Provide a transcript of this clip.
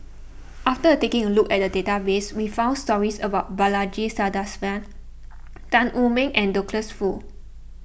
after taking a look at the database we found stories about Balaji Sadasivan Tan Wu Meng and Douglas Foo